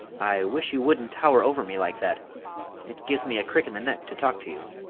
i wish you wouldn't tower over me like that it gives me a crick in the neck to talk to you.